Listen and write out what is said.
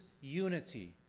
unity